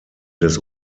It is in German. des